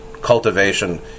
cultivation